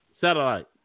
Satellite